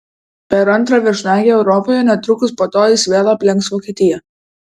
per antrą viešnagę europoje netrukus po to jis vėl aplenks vokietiją